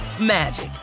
magic